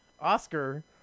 Oscar